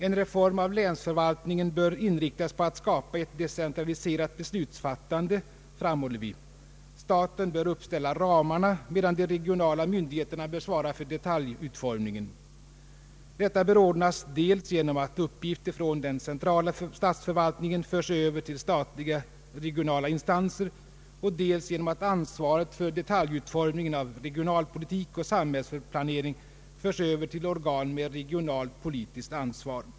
En reform av länsförvaltningen bör inriktas på att skapa ett decentraliserat beslutsfattande, framhåller vi. Staten bör uppställa ramarna medan de regionala myndigheterna bör svara för detaljutformningen. Detta bör ordnas dels genom att uppgifter från den centrala statsförvaltningen förs över till statliga regionala instanser, dels genom att ansvaret för detaljutformningen av regionalpolitik och samhällsplanering förs över till organ med regionalt politiskt ansvar.